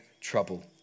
trouble